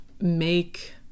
make